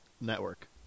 Network